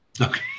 Okay